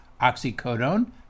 oxycodone